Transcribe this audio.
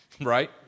right